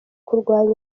kurwanya